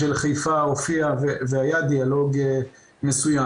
ושל חיפה הופיעה והיה דיאלוג מסוים,